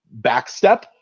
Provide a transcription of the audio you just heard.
backstep